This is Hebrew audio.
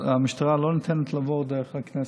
המשטרה לא נותנת לעבור דרך הכנסת,